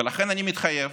ולכן אני מתחייב,